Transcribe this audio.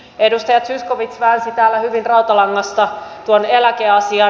edustaja zyskowicz väänsi täällä hyvin rautalangasta tuon eläkeasian